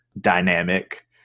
dynamic